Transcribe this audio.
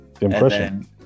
Impression